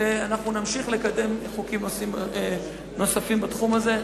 ואנחנו נמשיך לקדם נושאים נוספים בתחום הזה.